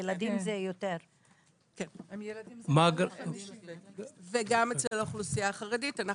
וגם אצל האוכלוסייה החרדית.